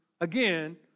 again